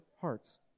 hearts